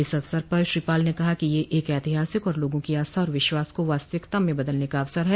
इस अवसर पर श्री पाल ने कहा कि यह एक ऐतिहासिक और लोगों की आस्था और विश्वास को वास्तविकता में बदलने का अवसर है